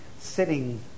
sitting